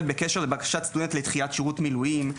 בקשר לבקשת סטודנט לדחיית שרות מילואים,